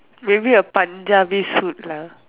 maybe a Punjabi suit lah